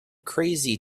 crazy